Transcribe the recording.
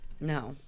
No